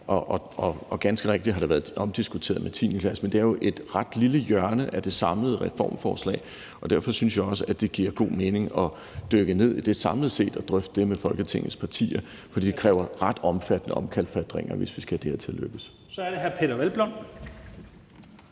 klasse rigtig nok har være omdiskuteret, så er det er jo et ret lille hjørne af det samlede reformforslag. Derfor synes jeg også, at det giver god mening at dykke ned i det samlet set og drøfte det med Folketingets partier, for det kræver ret omfattende omkalfatringer, hvis vi skal have det her til at lykkes. Kl. 09:21 Første